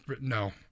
no